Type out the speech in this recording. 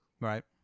Right